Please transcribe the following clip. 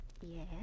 Yes